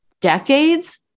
decades